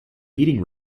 meeting